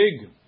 big